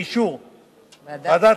באישור ועדת,